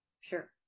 Sure